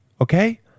Okay